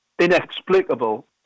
inexplicable